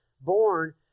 born